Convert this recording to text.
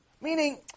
Meaning